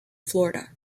florida